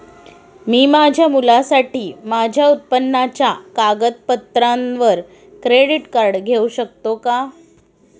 मी माझ्या मुलासाठी माझ्या उत्पन्नाच्या कागदपत्रांवर क्रेडिट कार्ड घेऊ शकतो का?